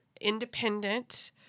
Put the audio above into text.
independent